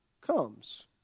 comes